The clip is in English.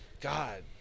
God